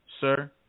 Sir